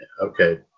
okay